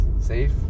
safe